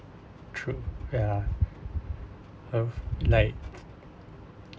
true ya of like